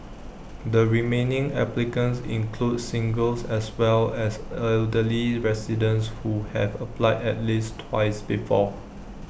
the remaining applicants include singles as well as elderly residents who have applied at least twice before